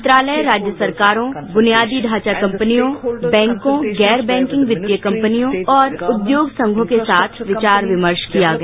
मंत्रालयों राज्य सरकारों बुनियादी ढांचा कंपनियों बैंकों गैर बैंकिंग वित्तीय कंपनियों तथा उद्योग संघों के साथ विचार विमर्सा किया गया